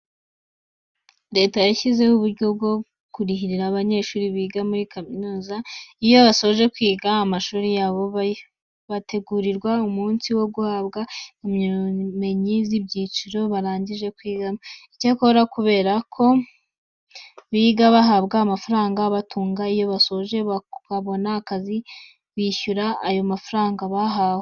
Leta yashyizeho uburyo bwo kurihira abanyeshuri biga muri kaminuza. Iyo basoje kwiga amashuri yabo, bategurirwa umunsi wo guhabwa impamyabumenyi z'ibyiciro barangije kwigamo. Icyakora kubera ko biga bahabwa amafaranga abatunga, iyo basoje bakabona akazi bishyura ayo mafaranga bahawe.